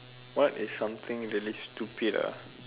what is something really stupid ah